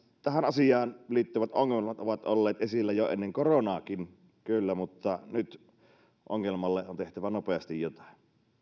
tähän asiaan liittyvät ongelmat ovat olleet esillä jo ennen koronaakin kyllä mutta nyt ongelmalle on tehtävä nopeasti jotain